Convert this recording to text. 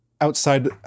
outside